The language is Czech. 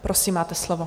Prosím, máte slovo.